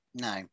No